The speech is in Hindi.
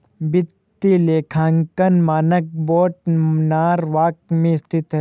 वित्तीय लेखांकन मानक बोर्ड नॉरवॉक में स्थित है